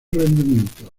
rendimiento